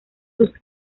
sus